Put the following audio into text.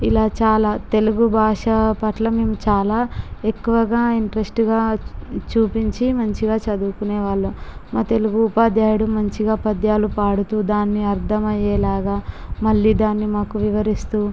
ఇలా చాలా తెలుగు బాషా పట్ల మేము చాలా ఎక్కువగా ఇంట్రెస్టుగా చూపించి మంచిగా చదువుకొనే వాళ్ళం మా తెలుగు ఉపాధ్యాయుడు మంచిగా పద్యాలు పాడుతూ దాన్ని అర్ధం అయ్యేలాగా మళ్ళీ దాన్ని మాకు వివరిస్తూ